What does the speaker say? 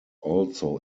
also